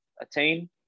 attain